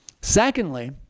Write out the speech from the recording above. Secondly